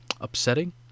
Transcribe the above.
upsetting